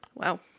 Wow